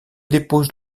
dépose